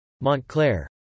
Montclair